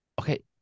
Okay